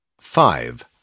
Five